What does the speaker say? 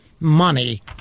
money